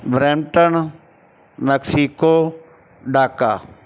Brampton Mexico Dhaka